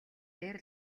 дээр